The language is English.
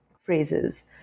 phrases